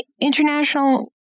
International